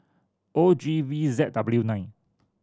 O G V Z W nine